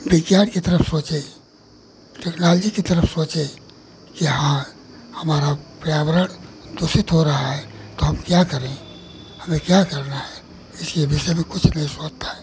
विज्ञान की तरफ सोचें टेक्नोलॉजी की तरफ सोचें कि हाँ हमारा पर्यावरण दूषित हो रहा है तो हम क्या करें हमें क्या करना है इसके विषय में कुछ नहीं सोचते हैं